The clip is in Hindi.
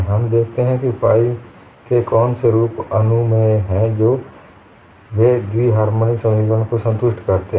हम देखते हैं कि फाइ के कौन से रूप अनुमेय हैं जो वे द्वि हार्मोनिक समीकरण को संतुष्ट करते हैं